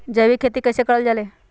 जैविक खेती कई से करल जाले?